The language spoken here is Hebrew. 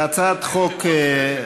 להצעת חוק,